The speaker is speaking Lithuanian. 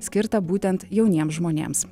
skirtą būtent jauniems žmonėms